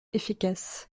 efficace